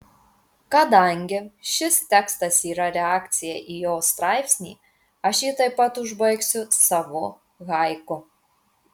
kadangi šis tekstas yra reakcija į jo straipsnį aš jį taip pat užbaigsiu savu haiku